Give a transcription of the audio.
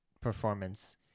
performance